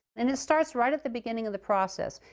and it starts right at the beginning of the process.